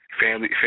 family